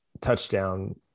touchdown